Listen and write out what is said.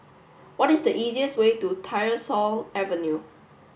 what is the easiest way to Tyersall Avenue